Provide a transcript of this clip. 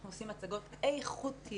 אנחנו עושים הצגות איכותיות,